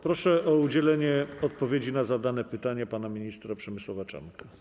Proszę o udzielenie odpowiedzi na zadane pytanie pana ministra Przemysława Czarnka.